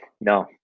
No